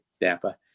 Napa